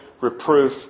reproof